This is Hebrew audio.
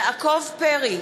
יעקב פרי,